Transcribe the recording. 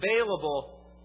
available